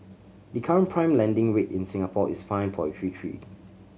the current prime lending rate in Singapore is five point three three